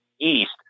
east